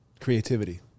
creativity